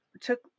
took